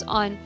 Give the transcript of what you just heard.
on